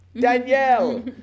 Danielle